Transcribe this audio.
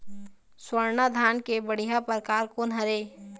स्वर्णा धान के बढ़िया परकार कोन हर ये?